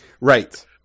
right